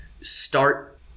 start